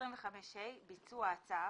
25ה.ביצוע הצו